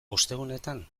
ostegunetan